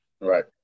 Right